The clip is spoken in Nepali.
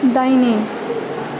दाहिने